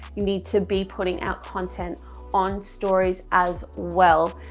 need to be putting out content on stories as well,